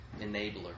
enabler